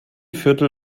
viertel